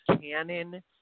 canon